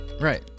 right